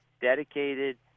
dedicated